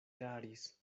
eraris